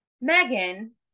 Megan